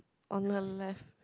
on the left